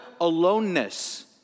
Aloneness